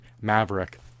maverick